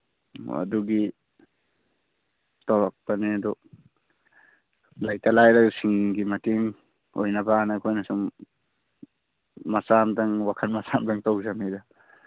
ꯑꯣ ꯑꯗꯨꯒꯤ ꯇꯧꯔꯛꯄꯅꯦ ꯑꯗꯨ ꯂꯩꯇ ꯂꯥꯏꯔꯁꯤꯡꯒꯤ ꯃꯇꯦꯡ ꯑꯣꯏꯅꯕꯅ ꯑꯩꯈꯣꯏꯅ ꯁꯨꯝ ꯃꯆꯥ ꯑꯝꯇꯪ ꯋꯥꯈꯜ ꯃꯆꯥ ꯑꯝꯇꯪ ꯇꯧꯖꯕꯅꯤꯗ